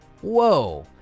Whoa